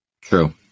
True